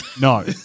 no